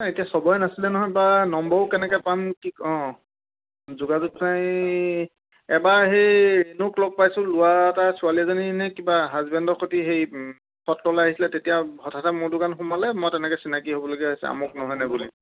ন এতিয়া চবৰে নাছিলে নহয় বা নম্বৰো কেনেকৈ পাম কি অঁ যোগাযোগ চাই এবাৰ সেই ৰেণুক লগ পাইছোঁ ল'ৰা এটা ছোৱালী এজনী নে কিবা হাজবেণ্ডৰ সৈতে সেই সত্ৰলৈ আহিছিলে তেতিয়া হঠাতে মোৰ দোকানত সোমালে মই তেনেকৈ চিনাকি হ'বগীয়া হৈছে আমুক নহয় নে বুলি